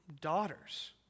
daughters